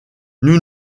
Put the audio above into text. nous